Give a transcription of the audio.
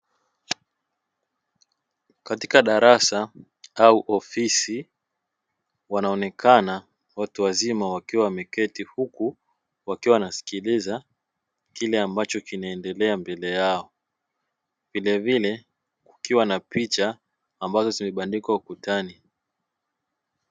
Katika darasa au ofisi wanaonekana watu wazima wakiwa wameketi huku wakiwa wanasikiliza kile ambacho kinaendelea mbele yao, vilevile kukiwa na picha ambazo zimebandikwa ukutani.